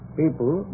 people